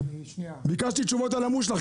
ביקשתי תשובות על המושלך,